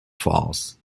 falls